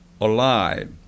alive